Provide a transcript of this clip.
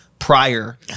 prior